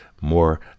more